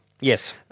Yes